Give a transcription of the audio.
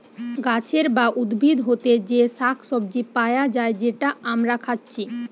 গাছের বা উদ্ভিদ হোতে যে শাক সবজি পায়া যায় যেটা আমরা খাচ্ছি